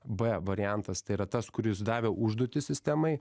b variantas tai yra tas kuris davė užduotį sistemai